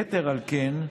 יתר על כן,